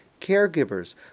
caregivers